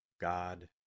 God